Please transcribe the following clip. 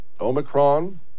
Omicron